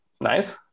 nice